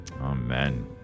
Amen